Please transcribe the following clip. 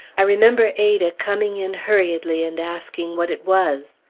i remember ada coming in hurriedly and asking what it was.